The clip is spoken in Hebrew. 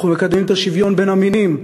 אנחנו מקדמים את השוויון בין המינים,